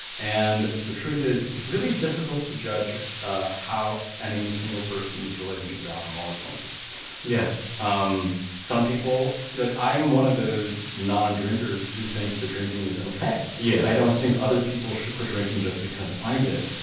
and the truth is it's really difficult to judge ah how any single person's relationship with alcohol is going to be yeah um some people like, i'm one of those non-drinkers who thinks that drinking is ok yeah i don't think other people should quit drinking just because i did.